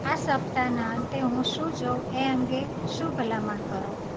આ સપ્તાહના અંતે હું શું જોઉં એ અંગે શું ભલામણ કરો